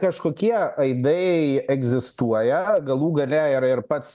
kažkokie aidai egzistuoja galų gale yra ir pats